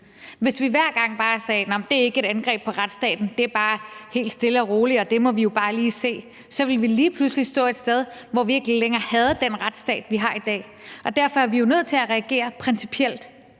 Hvis vi hver gang bare sagde, at det ikke er et angreb på retsstaten, og at det bare er helt stille og roligt, og at det må vi jo bare lige se, så ville vi lige pludselig stå et sted, hvor vi ikke længere havde den retsstat, vi har i dag, og derfor er vi jo nødt til at reagere principielt